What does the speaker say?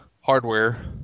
hardware